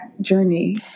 journey